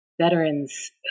veterans